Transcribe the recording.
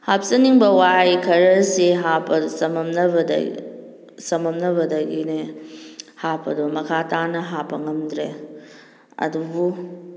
ꯍꯥꯞꯆꯟꯅꯤꯡꯕ ꯋꯥꯍꯩ ꯈꯔꯁꯤ ꯍꯥꯞꯄꯗ ꯆꯃꯝꯅꯕꯗꯒꯤꯅꯦ ꯍꯥꯞꯄꯗꯣ ꯃꯈꯥ ꯇꯥꯅ ꯍꯥꯞꯄ ꯉꯝꯗ꯭ꯔꯦ ꯑꯗꯨꯕꯨ